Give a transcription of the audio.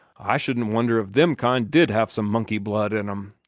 i shouldn't wonder if them kind did have some monkey blood in em.